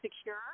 secure